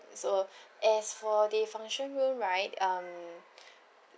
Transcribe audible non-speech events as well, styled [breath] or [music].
so [breath] as for the function room right um [breath]